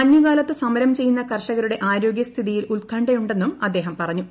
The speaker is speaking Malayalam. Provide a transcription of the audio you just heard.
മഞ്ഞുകാലത്ത് സമരം ചെയ്യുന്ന കർഷകരുടെ ആരോഗൃ സ്ഥിതിയിൽ ഉത്കണ്ഠയുണ്ടെന്നും അദ്ദേഹം പറഞ്ഞു